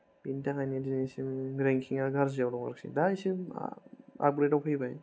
बेनि थाखायनो दिनैसिम रेंकिंआ गाज्रियाव दङ आरोखि दा इसे ओ आपग्रेदाव फैबाय